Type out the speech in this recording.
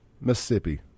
Mississippi